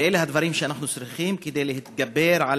ואלה הדברים שאנחנו צריכים כדי להתגבר על